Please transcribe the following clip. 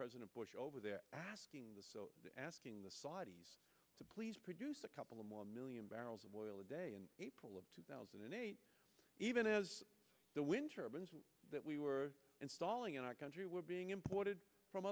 president bush over there asking the saudis to please produce a couple of more million barrels of oil a day in april of two thousand and eight even in the winter that we were installing in our country were being imported from